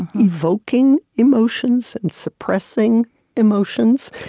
evoking emotions and suppressing emotions,